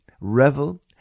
Revel